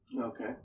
Okay